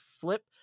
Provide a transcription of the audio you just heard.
flip